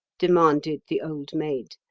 demanded the old maid,